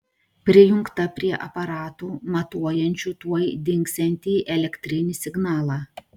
prijungta prie aparatų matuojančių tuoj dingsiantį elektrinį signalą